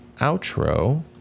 outro